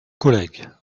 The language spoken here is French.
collègues